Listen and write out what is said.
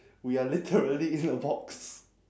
we are literally in a box